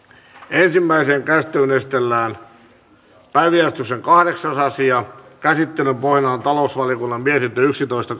ensimmäiseen käsittelyyn esitellään päiväjärjestyksen kahdeksas asia käsittelyn pohjana on talousvaliokunnan mietintö yksitoista